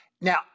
Now